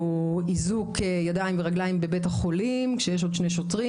איזוק ידיים ורגליים בבית החולים כשיש עוד שני שוטרים,